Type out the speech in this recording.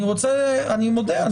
אני מודה,